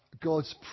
God's